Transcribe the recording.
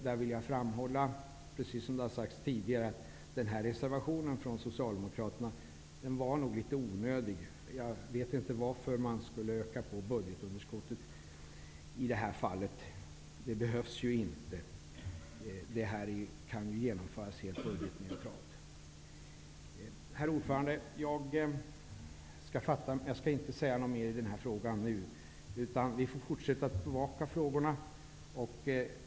Där vill jag framhålla, precis som har sagts tidigare, att den här reservationen från socialdemokraterna nog var litet onödig. Jag vet inte varför man i det här fallet vill öka på budgetunderskottet. Det behövs ju inte. Detta kan genomföras helt budgetneutralt. Herr talman! Jag skall inte säga mer i detta ärende, utan vi får fortsätta att bevaka dessa frågor.